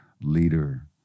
leader